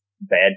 bad